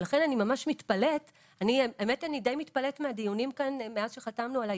לכן אני די מתפלאת מהדיונים כאן מאז שחתמנו על העסקה,